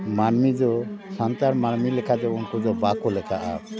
ᱢᱟᱹᱱᱢᱤ ᱫᱚ ᱥᱟᱱᱛᱟᱲ ᱢᱟᱹᱱᱢᱤ ᱞᱮᱠᱟ ᱫᱚ ᱩᱱᱠᱩ ᱫᱚ ᱵᱟᱝ ᱠᱚ ᱞᱮᱠᱷᱟᱜᱼᱟ